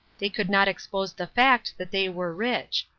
they could not expose the fact that they were rich.